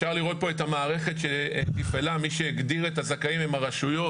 מי שהגדיר את הזכאים הן הרשויות.